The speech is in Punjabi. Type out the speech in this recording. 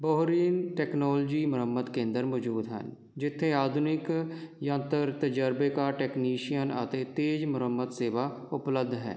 ਬੇਹਤਰੀਨ ਟੈਕਨੋਲੋਜੀ ਮੁਰੰਮਤ ਕੇਂਦਰ ਮੌਜੂਦ ਹਨ ਜਿੱਥੇ ਆਧੁਨਿਕ ਯੰਤਰ ਤਜ਼ਰਬੇਕਾਰ ਟੈਕਨੀਸ਼ੀਅਨ ਅਤੇ ਤੇਜ਼ ਮੁਰੰਮਤ ਸੇਵਾ ਉਪਲਬਧ ਹੈ